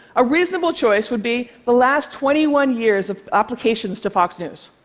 a reasonable choice would be the last twenty one years of applications to fox news.